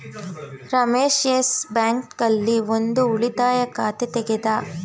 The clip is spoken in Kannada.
ರಮೇಶ ಯೆಸ್ ಬ್ಯಾಂಕ್ ಆಲ್ಲಿ ಒಂದ್ ಉಳಿತಾಯ ಖಾತೆ ತೆಗೆದ